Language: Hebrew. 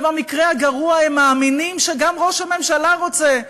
ובמקרה הגרוע הם מאמינים שגם ראש הממשלה רוצה,